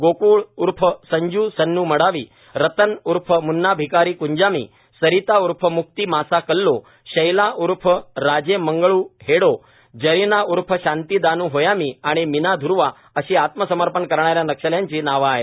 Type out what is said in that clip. गोक्ळ उर्फ संजू सन्न् मडावी रतन उर्फ म्न्ना भिकारी कंजामी सरिता उर्फ म्क्ती मासा कल्लो शैला उर्फ राजे मंगळू हेडो जरिना उर्फ शांती दानू होयामी आणि मीना धूर्वा अशी आत्मसमर्पण करणाऱ्या नक्षल्यांची नावे आहेत